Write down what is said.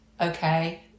Okay